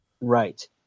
right